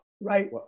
right